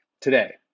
today